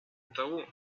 того